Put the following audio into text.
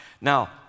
Now